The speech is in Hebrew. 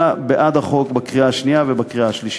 בעד הצעת החוק בקריאה השנייה ובקריאה השלישית.